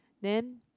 then